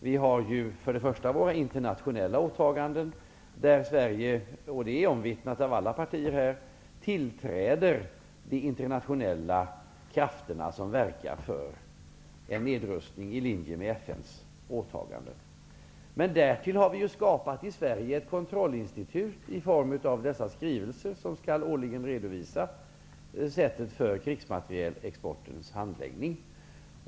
Vi har först och främst våra internationella åtaganden, där Sverige -- det är omvittnat av alla partier här -- biträder de internationella krafter som verkar för en nedrustning i linje med FN:s åtaganden. Men därtill har vi ju i Sverige skapat ett kontrollinstitut i form de skrivelser som årligen skall redovisa sättet för krigsmaterielexportens handläggning.